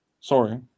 Sorry